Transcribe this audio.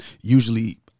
Usually